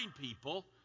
people